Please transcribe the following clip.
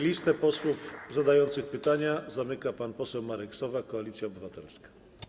Listę posłów zadających pytania zamyka pan poseł Marek Sowa, Koalicja Obywatelska.